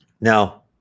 Now